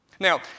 Now